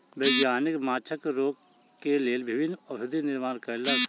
वैज्ञानिक माँछक रोग के लेल विभिन्न औषधि निर्माण कयलक